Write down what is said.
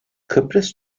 kıbrıs